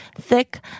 thick